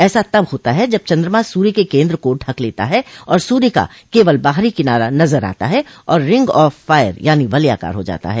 ऐसा तब होता है जब चंद्रमा सूर्य के केन्द्र को ढक लेता है और सूर्य का केवल बाहरी किनारा नजर आता है और रिंग ऑफ फायर यानी वलयाकार हो जाता है